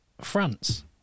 france